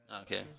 Okay